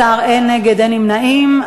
17, אין נגד ואין נמנעים.